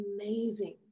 amazing